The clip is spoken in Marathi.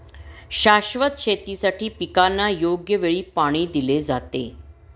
शाश्वत शेतीसाठी पिकांना योग्य वेळी पाणी दिले जाते